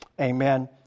amen